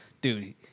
dude